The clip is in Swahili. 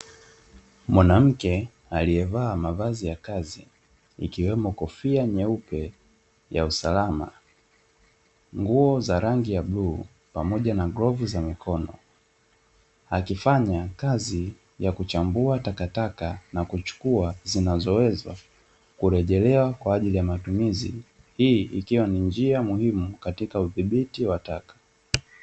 Mwanamke aliyevaa mavazi ya kazi ikiwemo kofia nyeupe ya usalama, nguo za rangi ya bluu pamoja na glavu za mikono, akifanya kazi ya kuchambua takataka na kuchukua zinazoweza kurejelewa kwa ajili ya matumizi. Hii ikiwa ni njia muhimu katika udhibiti wa taka.